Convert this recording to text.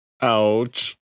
Ouch